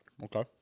Okay